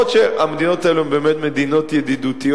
אף שהמדינות האלה הן באמת מדינות ידידותיות